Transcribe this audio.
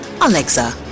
Alexa